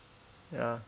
ya